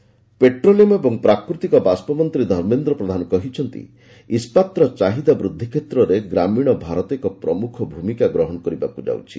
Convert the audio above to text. ପ୍ରଧାନ steel petroleum ଓ ପ୍ରାକୃତିକ ବାଷ୍ପ ମନ୍ତ୍ରୀ ଧର୍ମେନ୍ଦ୍ର ପ୍ରଧାନ କହିଛନ୍ତି ଇସ୍କାତର ଚାହିଦା ବୂଦ୍ଧି କ୍ଷେତ୍ରରେ ଗ୍ରାମୀଣ ଭାରତ ଏକ ପ୍ରମୁଖ ଭୂମିକା ଗ୍ରହଣ କରିବାକୁ ଯାଉଛି